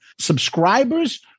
subscribers